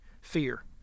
Fear